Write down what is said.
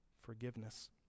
forgiveness